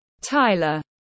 Tyler